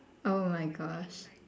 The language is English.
oh my gosh